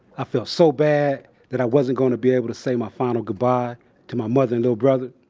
i felt so bad that i wasn't going to be able to say my final goodbye to my mother and little brother.